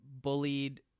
bullied